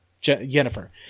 jennifer